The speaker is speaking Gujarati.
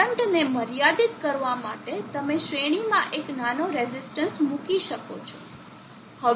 કરંટને મર્યાદિત કરવા માટે તમે શ્રેણીમાં એક નાનો રેઝિસ્ટન્સ મૂકી શકો છો